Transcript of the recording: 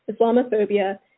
Islamophobia